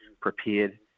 prepared